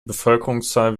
bevölkerungszahl